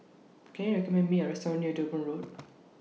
Can YOU recommend Me A Restaurant near Durban Road